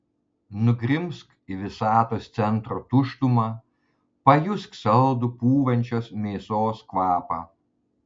nugrimzk į visatos centro tuštumą pajusk saldų pūvančios mėsos kvapą